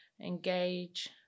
engage